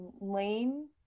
Lane